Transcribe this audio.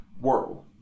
world